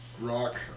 rock